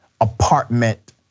apartment